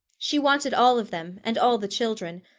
she wanted all of them, and all the children,